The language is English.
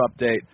update